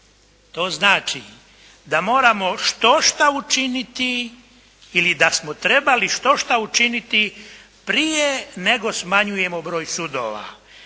to znači da moramo štošta učiniti ili da smo trebali štošta učiniti prije nego smanjujemo broj sudova.